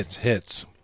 hits